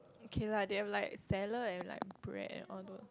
okay lah there have like salad and like bread and all those